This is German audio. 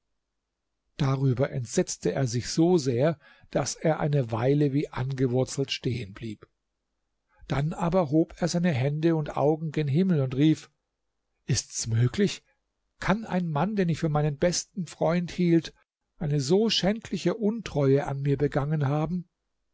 darüber entsetzte er sich so sehr daß er eine weile wie angewurzelt stehen blieb dann aber hob er seine hände und augen gen himmel und rief ist's möglich kann ein mann den ich für meinen besten freund hielt eine so schändliche untreue an mir begangen haben